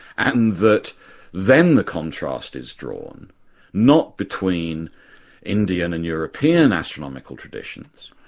and that then the contrast is drawn not between indian and european astronomical traditions,